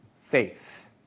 faith